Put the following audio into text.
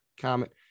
comment